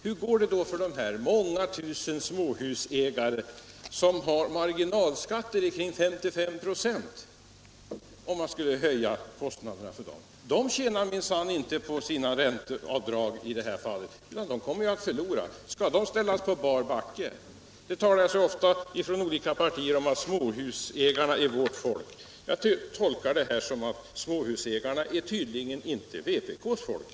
Hur går det för de många tusen småhusägare som har marginalskatter på omkring 55 926, om man skulle höja kostnaderna för dem? De tjänar minsann inte på sina ränteavdrag i detta fall. De kommer ju att förlora. Skall de ställas på bar backe? Från olika partier talas det ofta om att småhusägarna är deras folk, men jag tolkar det här som att småhusägarna i varje fall inte är vpk:s folk.